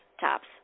tops